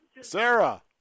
Sarah